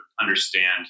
understand